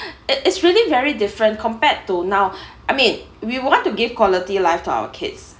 it is really very different compared to now I mean we want to give quality life to our kids